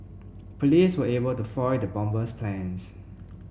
police were able to foil the bomber's plans